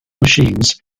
machines